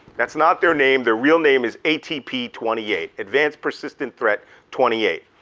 that's not their name, their real name is atp twenty eight, advanced persistent threat twenty eight.